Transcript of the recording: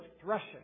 threshing